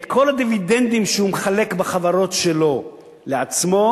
את כל הדיבידנדים שהוא מחלק בחברות שלו לעצמו,